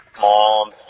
Mom